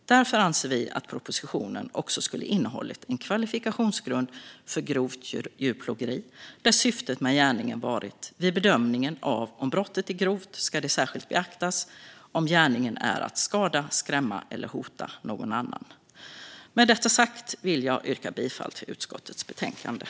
Därför anser vi att propositionen också skulle ha innehållit en kvalifikationsgrund för grovt djurplågeri där man beaktat vad syftet med gärningen varit. Vid bedömning av om brottet är grovt ska det särskilt beaktas om syftet med gärningen är att skada, skrämma eller hota någon annan. Med det sagt vill jag yrka bifall till utskottets förslag i betänkandet.